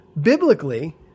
biblically